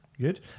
Good